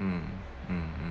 mm mm mmhmm